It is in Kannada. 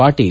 ಪಾಟೀಲ್